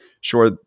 Sure